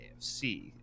AFC